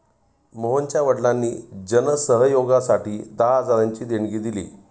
मोहनच्या वडिलांनी जन सहयोगासाठी दहा हजारांची देणगी दिली